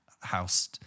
house